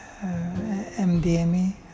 MDME